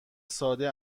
ساده